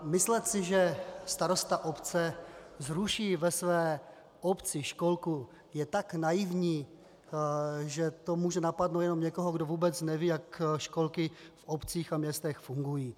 Myslet si, že starosta obce zruší ve své obci školku, je tak naivní, že to může napadnout jenom někoho, kdo vůbec neví, jak školky v obcích a městech fungují.